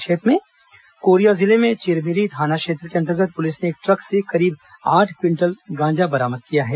संक्षिप्त समाचार कोरिया जिले में चिरिमिरी थाना क्षेत्र के अंतर्गत पुलिस ने एक ट्रक से करीब आठ क्विंटल गांजा बरामद किया है